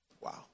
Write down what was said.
Wow